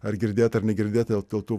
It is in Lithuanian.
ar girdėta ar negirdėti dėl tų